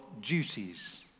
duties